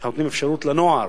שאנחנו נותנים אפשרות לנוער,